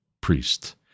priest